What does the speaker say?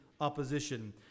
opposition